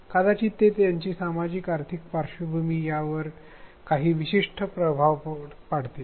कदाचित ते त्यांची सामाजिक आर्थिक पार्श्वभूमी यावर काही विशिष्ट प्रभाव पाडतील